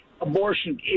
abortion